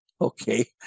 Okay